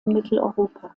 mitteleuropa